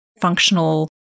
functional